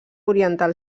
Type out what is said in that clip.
oriental